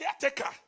caretaker